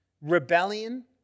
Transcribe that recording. rebellion